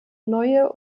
neue